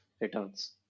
returns